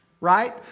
right